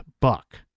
Buck